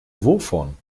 wovon